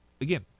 again